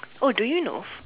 oh do you know